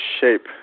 shape